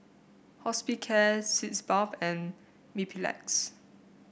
Hospicare Sitz Bath and Mepilex